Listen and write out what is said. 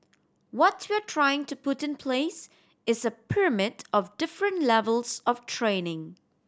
what we're trying to put in place is a pyramid of different levels of training